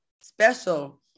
special